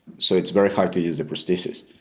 so it's very hard to use a prosthesis.